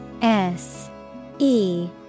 S-E